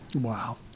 Wow